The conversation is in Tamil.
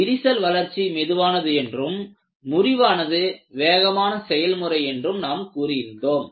விரிசல் வளர்ச்சி மெதுவானது என்றும் முறிவானது வேகமான செயல் முறை என்றும் நாம் கூறியிருந்தோம்